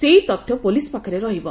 ସେହି ତଥ୍ୟ ପୋଲିସ୍ ପାଖରେ ରହିବ